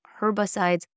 herbicides